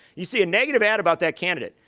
you see a negative ad about that candidate.